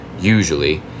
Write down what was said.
usually